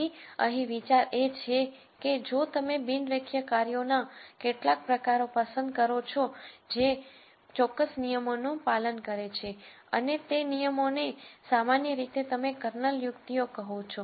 તેથી અહીં વિચાર એ છે કે જો તમે બિન રેખીય કાર્યોના કેટલાક પ્રકારો પસંદ કરો છો જે ચોક્કસ નિયમોનું પાલન કરે છે અને તે નિયમો ને સામાન્ય રીતે તમે કર્નલ યુક્તિઓ કહો છો